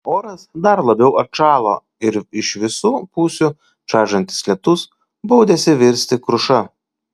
oras dar labiau atšalo ir iš visų pusių čaižantis lietus baudėsi virsti kruša